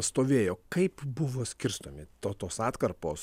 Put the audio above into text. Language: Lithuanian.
stovėjo kaip buvo skirstomi to tos atkarpos